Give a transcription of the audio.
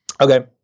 Okay